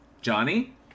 Johnny